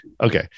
Okay